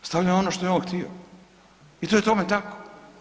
Stavljao je ono što je on htio i to je tome tako.